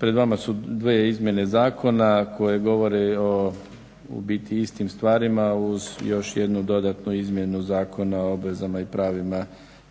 Pred vama su dvije izmjene zakona koje govore o u biti istim stvarima uz još jednu dodatnu izmjenu Zakona o obvezama i pravima